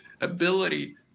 ability